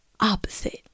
opposite